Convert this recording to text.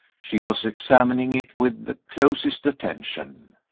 she was examining it with the closest attention.